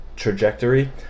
trajectory